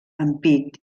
ampit